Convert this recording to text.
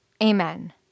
Amen